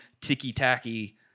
ticky-tacky